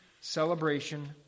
celebration